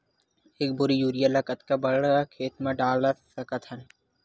एक बोरी यूरिया ल कतका बड़ा खेत म डाल सकत हन?